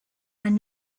and